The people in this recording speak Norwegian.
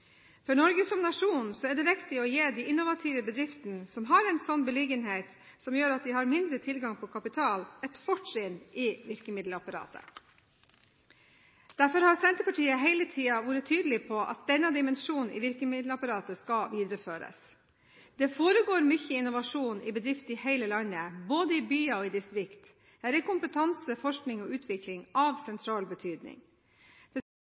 For Norge som nasjon er det viktig å gi de innovative bedriftene som har en slik beliggenhet som gjør at de har mindre tilgang på kapital, et fortrinn i virkemiddelapparatet. Derfor har Senterpartiet hele tiden vært tydelig på at denne dimensjonen i virkemiddelapparatet skal videreføres. Det foregår mye innovasjon i bedrifter i hele landet, både i byer og distrikt. Her er kompetanse, forskning og utvikling av